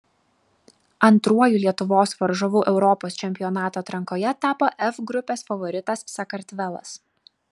antruoju lietuvos varžovu europos čempionato atrankoje tapo f grupės favoritas sakartvelas